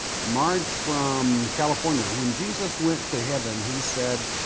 marge from california, when jesus went to heaven, he said,